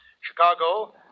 Chicago